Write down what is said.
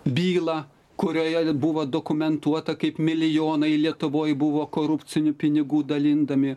bylą kurioje buvo dokumentuota kaip milijonai lietuvoj buvo korupcinių pinigų dalindami